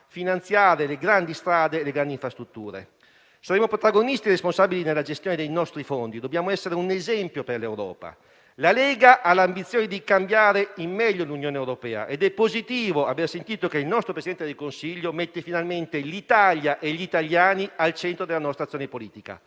finanziare le grandi strade e le infrastrutture. Saremo protagonisti e responsabili nella gestione dei nostri fondi. Dobbiamo essere un esempio per l'Europa. La Lega ha l'ambizione di cambiare in meglio l'Unione europea ed è positivo aver sentito che il nostro Presidente del Consiglio mette finalmente l'Italia e gli italiani al centro della nostra azione politica.